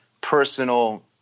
personal